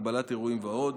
הגבלת אירועים ועוד.